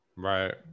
Right